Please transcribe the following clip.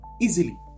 easily